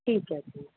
ਠੀਕ ਹੈ ਜੀ